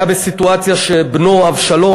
היה בסיטואציה שבנו אבשלום,